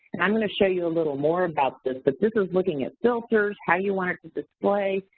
i'm gonna show you a little more about this but this is looking at filters, how you want it to display,